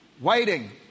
Waiting